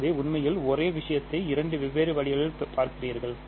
ஆகவே உண்மையில் ஒரே விஷயத்தை இரண்டு வெவ்வேறு வழிகளில் பார்க்கிறார்கள்